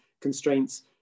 constraints